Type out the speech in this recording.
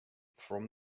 from